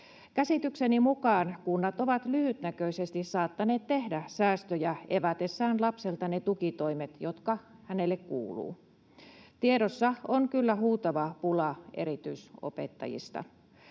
Käsitykseni mukaan kunnat ovat lyhytnäköisesti saattaneet tehdä säästöjä evätessään lapselta ne tukitoimet, jotka hänelle kuuluvat. Tiedossa on kyllä huutava pula erityisopettajista.